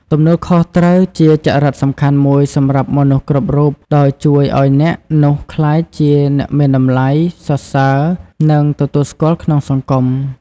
ទំនួលខុសត្រូវជាចរិតសំខាន់មួយសម្រាប់មនុស្សគ្រប់រូប ដោយជួយឲ្យអ្នកនោះក្លាយជាអ្នកមានតម្លៃ សរសើរ និងទទួលស្គាល់ក្នុងសង្គម។